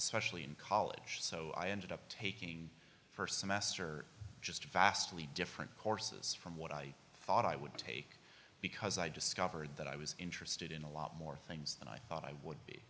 especially in college so i ended up taking first semester just vastly different courses from what i thought i would take because i discovered that i was interested in a lot more things than i thought i would